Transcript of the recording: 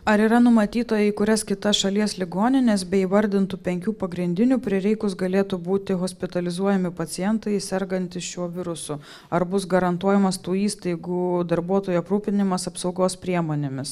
ar yra numatyta į kurias kitas šalies ligonines be įvardintų penkių pagrindinių prireikus galėtų būti hospitalizuojami pacientai sergantys šiuo virusu ar bus garantuojamas tų įstaigų darbuotojų aprūpinimas apsaugos priemonėmis